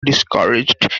discouraged